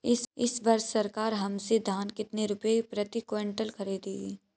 इस वर्ष सरकार हमसे धान कितने रुपए प्रति क्विंटल खरीदेगी?